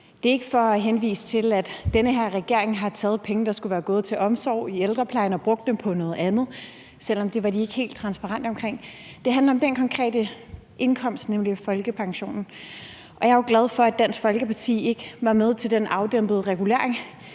Det er ikke for at henvise til, at den her regering har taget penge, der skulle være gået til omsorg i ældreplejen og brugt dem på noget andet, selv om de ikke var ikke helt transparente med hensyn til det. Det handler om den konkrete indkomst, som folkepensionen er. Jeg er jo glad for, at Dansk Folkeparti ikke var med til at gennemføre den afdæmpede regulering,